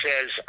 says